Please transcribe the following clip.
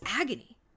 agony